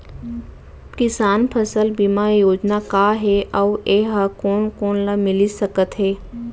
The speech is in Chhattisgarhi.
किसान फसल बीमा योजना का हे अऊ ए हा कोन कोन ला मिलिस सकत हे?